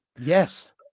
Yes